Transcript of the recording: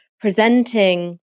presenting